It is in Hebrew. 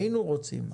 היינו רוצים,